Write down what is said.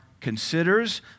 considers